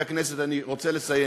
אז בוא תשמע.